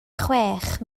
chwech